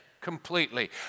completely